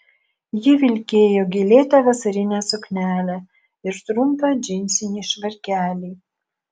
ji vilkėjo gėlėtą vasarinę suknelę ir trumpą džinsinį švarkelį